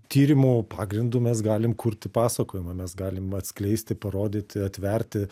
tyrimų pagrindu mes galim kurti pasakojimą mes galim atskleisti parodyti atverti